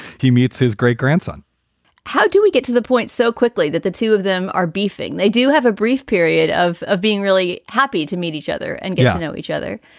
he meets his great grandson how do we get to the point so quickly that the two of them are beefing? they do have a brief period of of being really happy to meet each other and get to know each other,